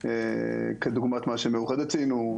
כדוגמת מה שמאוחדת ציינו,